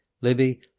Libby